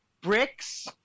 bricks